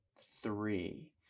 three